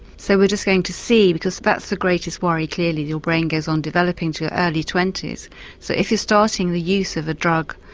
so we're just going to see because that's the greatest worry clearly, your brain goes on developing to your early twenty s so if you are starting the use of a drug,